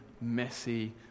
messy